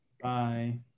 Bye